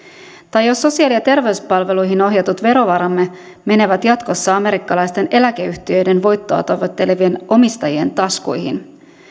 tai jos sosiaali ja terveyspalveluihin ohjatut verovaramme menevät jatkossa amerikkalaisten eläkeyhtiöiden voittoa tavoittelevien omistajien taskuihin